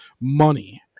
money